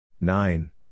Nine